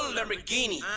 Lamborghini